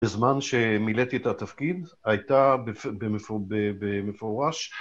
בזמן שמילאתי את התפקיד, הייתה במפורש...